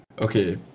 okay